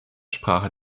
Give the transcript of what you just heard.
sprache